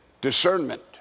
discernment